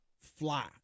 fly